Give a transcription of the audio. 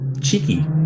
Cheeky